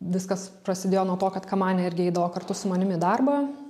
viskas prasidėjo nuo to kad kamanė irgi eidavo kartu su manim į darbą